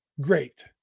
Great